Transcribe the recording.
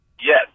Yes